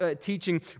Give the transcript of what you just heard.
teaching